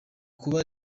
kuba